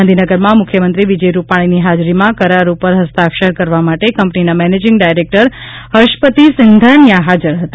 ગાંધીનગરમાં મુખ્યમંત્રી વિજય રૂપાજીની હાજરીમાં કરાર ઉપર હસ્તાક્ષર કરવા માટે કંપનીના મેનેજીંગ ડાયરેક્ટર હર્ષપતિ સિંઘાનિયા હાજર હતા